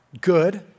good